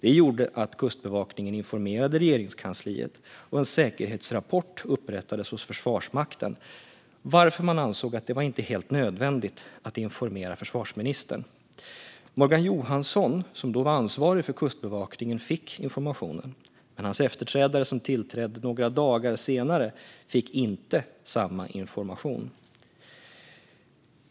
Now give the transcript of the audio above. Det gjorde att Kustbevakningen informerade Regeringskansliet och en säkerhetsrapport upprättades hos Försvarsmakten, varför man ansåg att det inte var helt nödvändigt att informera försvarsministern. Morgan Johansson, som då var ansvarig för Kustbevakningen, fick informationen. Men hans efterträdare, som tillträdde några dagar senare, fick inte samma information.